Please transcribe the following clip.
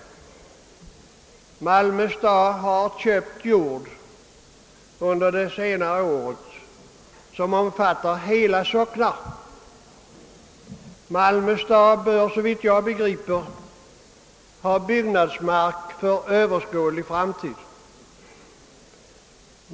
Malmö stad har under de senaste åren köpt upp markområden som omfattar hela socknar. Malmö stad bör därigenom såvitt jag begriper ha byggnadsmark som räcker för dess behov under en överskådlig framtid.